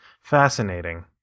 Fascinating